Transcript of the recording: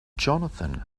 johnathan